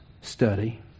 study